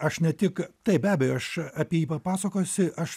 aš ne tik taip be abejo aš apie jį papasakosi aš